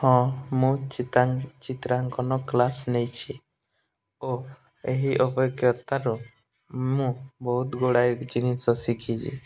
ହଁ ମୁଁ ଚିତ୍ରାଙ୍କନ କ୍ଲାସ୍ ନେଇଛି ଓ ଏହି ଅଭିଜ୍ଞତାରୁ ମୁଁ ବହୁତ ଗୁଡ଼ାଏ ଜିନିଷ ଶିଖିଛି